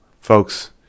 Folks